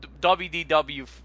wdw